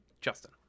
Justin